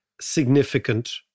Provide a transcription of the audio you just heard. significant